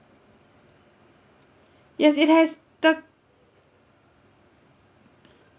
yes it has the the guide